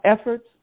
efforts